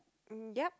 mm yup